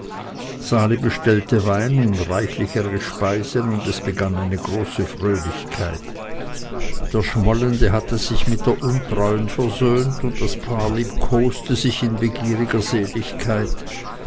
sali bestellte wein und reichlichere speisen und es begann eine große fröhlichkeit der schmollende hatte sich mit der untreuen versöhnt und das paar liebkoste sich in begieriger seligkeit